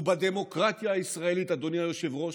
ובדמוקרטיה הישראלית, אדוני היושב-ראש,